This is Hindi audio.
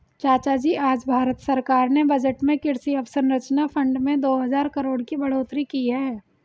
चाचाजी आज भारत सरकार ने बजट में कृषि अवसंरचना फंड में दो हजार करोड़ की बढ़ोतरी की है